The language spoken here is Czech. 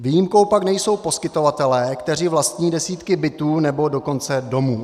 Výjimkou pak nejsou poskytovatelé, kteří vlastní desítky bytů, nebo dokonce domů.